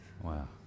Wow